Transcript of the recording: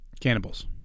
cannibals